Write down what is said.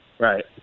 Right